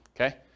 okay